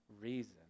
reason